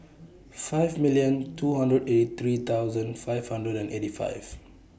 five million two hundred eight three thousand five hundred and eighty five